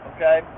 Okay